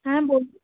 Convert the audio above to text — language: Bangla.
হ্যাঁ বলুন